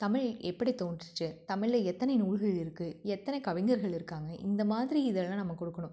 தமிழ் எப்படி தோன்றுச்சு தமிழில் எத்தனை நூல்கள் இருக்குது எத்தனை கவிஞர்கள் இருக்காங்க இந்த மாதிரி இதெல்லாம் நம்ம கொடுக்கணும்